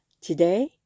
Today